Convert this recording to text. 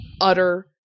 utter